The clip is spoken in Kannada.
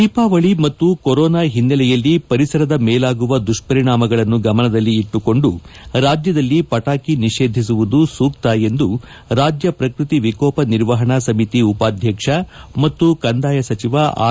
ದೀಪಾವಳಿ ಮತ್ತು ಕೊರೋನಾ ಹಿನ್ನೆಲೆಯಲ್ಲಿ ಪರಿಸರದ ಮೇಲಾಗುವ ದುಷ್ಪರಿಣಾಮಗಳನ್ನು ಗಮನದಲ್ಲಿ ಇಟ್ಟುಕೊಂಡು ರಾಜ್ಯದಲ್ಲಿ ಪಟಾಕಿ ನಿಷೇಧಿಸುವುದು ಸೂಕ್ತ ಎಂದು ರಾಜ್ಯ ಪ್ರಕೃತಿ ವಿಕೋಪ ನಿರ್ವಹಣಾ ಸಮಿತಿ ಉಪಾಧ್ಯಕ್ಷ ಮತ್ತು ಕಂದಾಯ ಸಚಿವ ಆರ್